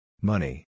Money